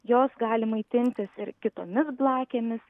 jos gali maitintis ir kitomis blakėmis